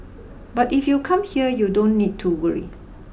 but if you come here you don't need to worry